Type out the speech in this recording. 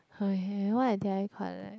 okay what did I collect